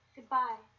Goodbye